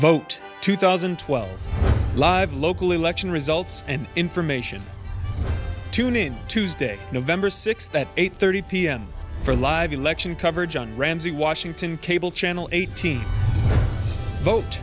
vote two thousand and twelve live local election results and information tune in tuesday november sixth at eight thirty pm for live election coverage on ramsey washington cable channel eighteen vote